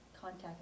contact